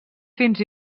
fins